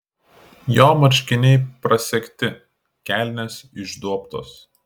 jo marškiniai prasegti kelnės išduobtos